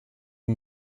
wie